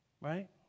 Right